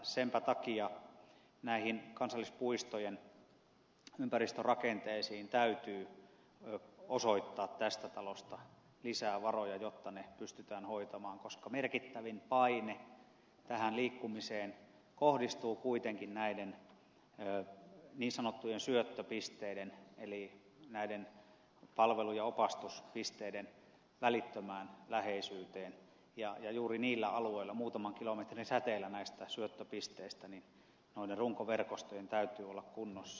senpä takia näihin kansallispuistojen ympäristörakenteisiin täytyy osoittaa tästä talosta lisää varoja jotta ne pystytään hoitamaan koska merkittävin paine tähän liikkumiseen kohdistuu kuitenkin näiden niin sanottujen syöttöpisteiden eli näiden palvelu ja opastuspisteiden välittömään läheisyyteen ja juuri niillä alueilla muutaman kilometrin säteellä näistä syöttöpisteistä noiden runkoverkostojen täytyy olla kunnossa